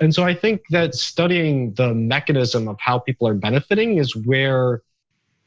and so i think that studying the mechanism of how people are benefiting is where